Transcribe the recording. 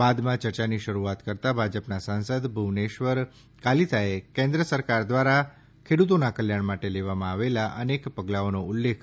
બાદમાં ચર્ચાની શરૂઆત કરતાં ભાજપના સાંસદ ભુવનેશ્વર કાલિતાએ કેન્દ્ર સરકાર દ્વારા ખેડુતોના કલ્યાણ માટે લેવામાં આવેલાં અનેક પગલાંઓનો ઉલ્લેખ કર્યો